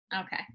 Okay